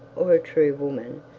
or a true woman,